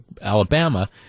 Alabama